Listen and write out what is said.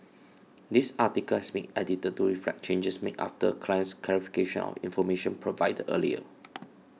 this article has been edited to reflect changes made after client's clarification of information provided earlier